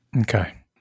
Okay